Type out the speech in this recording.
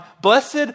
blessed